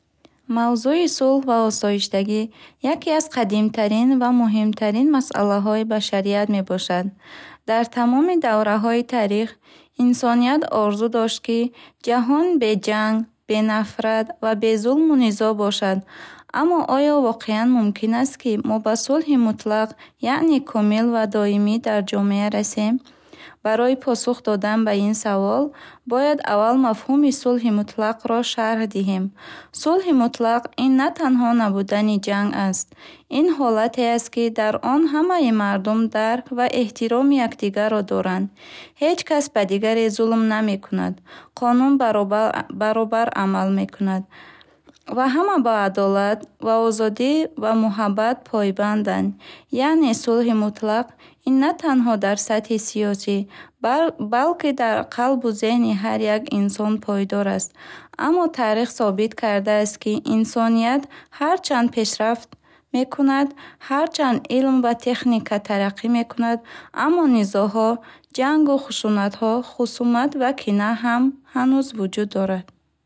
Мавзӯи сулҳ ва осоиштагӣ яке аз қадимтарин ва муҳимтарин масъалаҳои башарият мебошад. Дар тамоми давраҳои таърих, инсоният орзу дошт, ки ҷаҳон бе ҷанг, бе нафрат ва бе зулму низоъ бошад. Аммо оё воқеан мумкин аст, ки мо ба сулҳи мутлақ, яъне комил ва доимӣ дар ҷомеа расем? Барои посух додан ба ин савол, бояд аввал мафҳуми сулҳи мутлақро шарҳ диҳем. Сулҳи мутлақ ин на танҳо набудани ҷанг аст. Ин ҳолате аст, ки дар он ҳамаи мардум дарк ва эҳтироми якдигарро доранд, ҳеҷ кас ба дигаре зулм намекунад, қонун баробал баробар амал мекунад ва ҳама ба адолат ва озодӣ ва муҳаббат пойбанданд. Яъне сулҳи мутлақ ин на танҳо дар сатҳи сиёсӣ, бал- балки дар қалбу зеҳни ҳар як инсон пойдор аст. Аммо, таърих собит кардааст, ки инсоният ҳарчанд пешрафт мекунад, ҳарчанд илм ва техника тараққӣ мекунад, аммо низоъҳо, ҷангу хушунатҳо, хусумат ва кина ҳам ҳанӯз вуҷуд дорад.